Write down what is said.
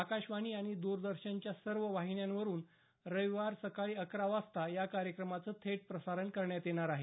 आकाशवाणी आणि द्रदर्शनाच्या सर्व वाहिन्यांवरून रविवारी सकाळी अकरा वाजता या कार्यक्रमाचं थेट प्रसारण करण्यात येणार आहे